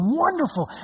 wonderful